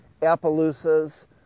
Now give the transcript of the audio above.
Appaloosas